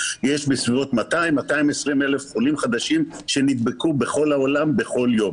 יש בסביבות 200 220 אלף חולים חדשים שנדבקו בכל העולם בכל יום.